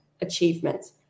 achievements